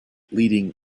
leading